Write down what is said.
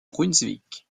brunswick